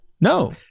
No